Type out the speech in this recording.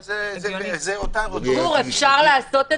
גור, אפשר לעשות את זה?